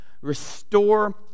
restore